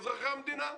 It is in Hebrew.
אזרחי המדינה.